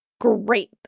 great